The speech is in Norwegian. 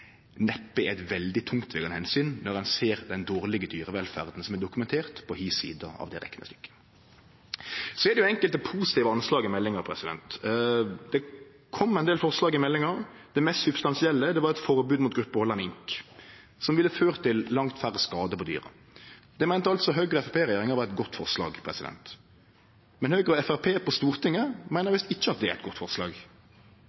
neppe er eit veldig tungtvegande omsyn når ein ser den dårlege dyrevelferda som blir dokumentert på den andre sida av det reknestykket. Det er også enkelte positive anslag i meldinga. Det kom ein del forslag i meldinga. Det mest substansielle var eit forbod mot gruppehald av mink, som ville ha ført til langt færre skadar på dyr. Det meinte Høgre–Framstegsparti-regjeringa var eit godt forslag. Men Høgre og Framstegspartiet på Stortinget meiner